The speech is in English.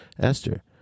Esther